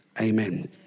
amen